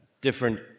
different